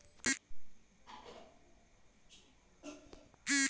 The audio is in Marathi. पराटीवरच्या पांढऱ्या माशीवर लगाम कसा लावा लागन?